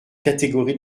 catégories